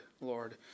Lord